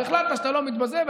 החלטת שאתה לא מתבזה,